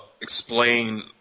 explain